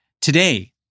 Today